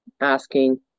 asking